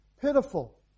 pitiful